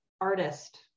Artist